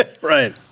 Right